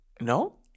No